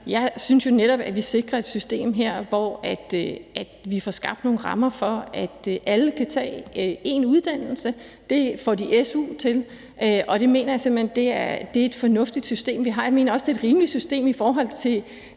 Jeg synes jo netop, at vi sikrer et system her, hvor vi får skabt nogle rammer for, at alle kan tage én uddannelse. Det får de su til, og jeg mener simpelt hen, det er et fornuftigt system, vi har. Jeg mener også, det et rimeligt system i forhold til